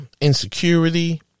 insecurity